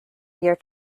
year